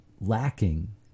lacking